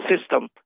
system